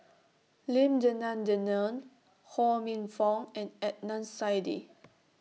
Lim Denan Denon Ho Minfong and Adnan Saidi